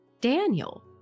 Daniel